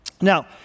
Now